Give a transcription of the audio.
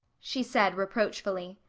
she said reproachfully.